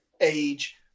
age